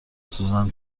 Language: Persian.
سوزن